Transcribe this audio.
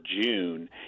June